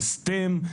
על STEM,